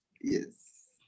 Yes